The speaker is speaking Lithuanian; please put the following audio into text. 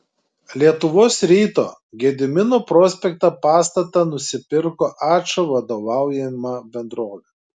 lietuvos ryto gedimino prospekte pastatą nusipirko ačo vadovaujama bendrovė